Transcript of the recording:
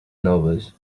nervous